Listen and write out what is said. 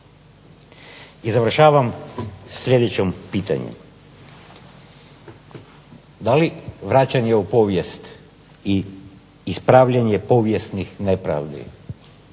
I završavam sa sljedećim pitanjem, da li vraćanje u povijest i ispravljanje povijesnih nepravdi